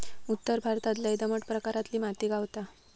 उत्तर भारतात लय दमट प्रकारातली माती गावता